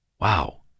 Wow